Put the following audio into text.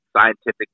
scientific